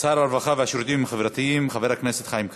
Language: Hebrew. שר הרווחה והשירותים החברתיים חבר הכנסת חיים כץ.